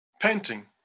Painting